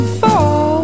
fall